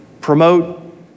Promote